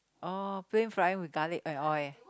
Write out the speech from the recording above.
oh pan frying with garlic add oil